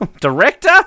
Director